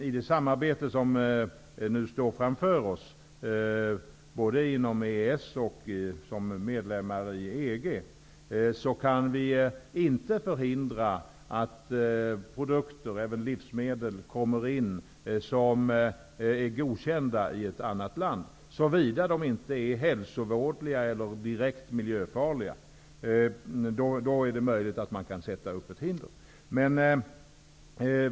I det samarbete som nu ligger framför oss -- både inom EES och med tanke på Sverige som medlem i EG -- kan vi inte förhindra att produkter, och det gäller då även livsmedel, kommer in som är godkända i ett annat land -- såvida dessa inte är hälsovådliga eller direkt miljöfarliga, för då är det möjligt att hinder kan sättas upp.